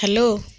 hello